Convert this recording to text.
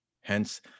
Hence